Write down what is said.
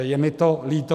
Je mi to líto.